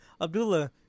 Abdullah